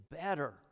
better